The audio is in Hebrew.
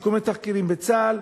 סיכומי תחקירים בצה"ל,